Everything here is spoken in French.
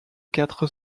quatre